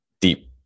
deep